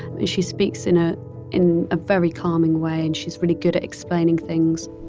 she speaks in ah in a very calming way and she's really good at explaining things